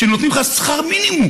שבו נותנים לך שכר מינימום.